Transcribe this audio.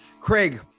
Craig